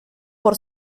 por